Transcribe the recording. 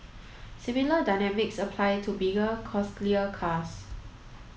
similar dynamics apply to bigger costlier cars